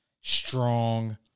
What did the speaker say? strong